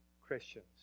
Christians